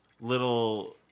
little